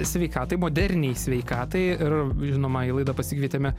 sveikatai moderniai sveikatai ir žinoma į laidą pasikvietėme